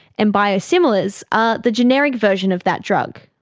and biosimilars are the generic version of that drug.